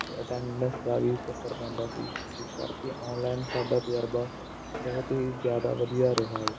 ਅਤੇ ਅਟੈਡੈਂਸ ਦਾ ਵੀ ਚੱਕਰ ਪੈਂਦਾ ਸੀ ਇਸ ਕਰਕੇ ਔਨਲਾਈਨ ਸਾਡਾ ਤਜ਼ਰਬਾ ਬਹੁਤ ਹੀ ਜ਼ਿਆਦਾ ਵਧੀਆ ਰਿਹਾ ਹੈ